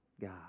God